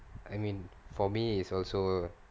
I mean for me is also